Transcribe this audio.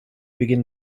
begin